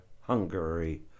Hungary